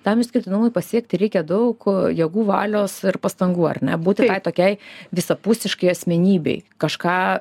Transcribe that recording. tam išskirtinumui pasiekti reikia daug jėgų valios ir pastangų ar ne būti tai tokiai visapusiškai asmenybei kažką